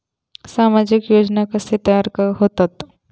सामाजिक योजना कसे तयार होतत?